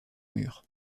mur